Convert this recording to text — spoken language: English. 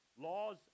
Laws